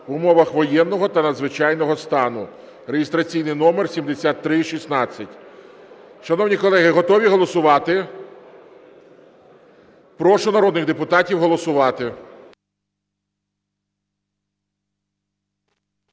в умовах воєнного та надзвичайного стану) (реєстраційний номер 7316). Шановні колеги, готові голосувати? Прошу народних депутатів голосувати.